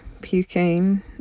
puking